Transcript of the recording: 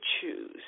choose